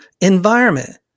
environment